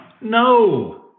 No